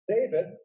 David